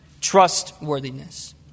trustworthiness